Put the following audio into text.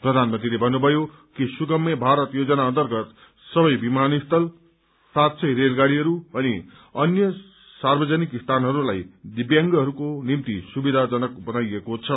प्रधानमन्त्रीले भन्नुभयो कि सुगम्य भारत योजना अन्तर्गत सबै विमानस्थल सात सय रेलगाड़ीहरू अनि अन्य सार्वजनिक स्थानहरूलाई दिव्यांगहरूको निम्ति सुविधाजनक बनाइएको छ